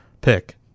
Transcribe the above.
pick